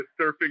surfing